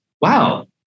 wow